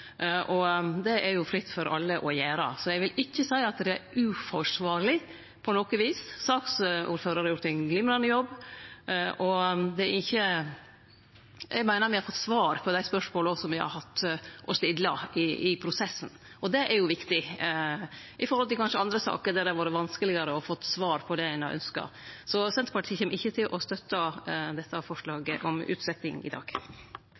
og det er jo fritt for alle å gjere. Så eg vil ikkje seie at det er uforsvarleg på noko vis. Saksordføraren har gjort ein glimrande jobb. Eg meiner òg at me har fått svar på dei spørsmåla me har hatt og stilt i prosessen. Det er jo viktig – i forhold til kanskje andre saker der det har vore vanskelegare å få svar på det ein har ynskt. Så Senterpartiet kjem ikkje til å støtte dette forslaget om utsetjing i dag.